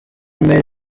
mail